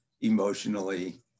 emotionally